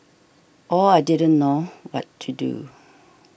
all I didn't know what to do